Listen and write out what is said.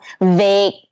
vague